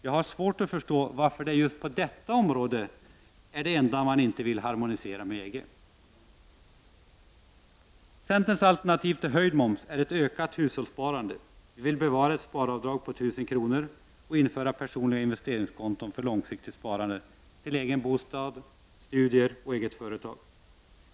Jag har haft svårt att förstå varför just detta område är det enda man inte vill harmonisera med EG. Centerns alternativ till höjd moms är ökat hushållssparande. Vi vill bevara ett sparavdrag på 1000 kr. och införa personliga investeringskonton för långsiktigt sparande till egen bostad, studier och eget företag.